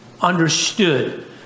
understood